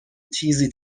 تیزی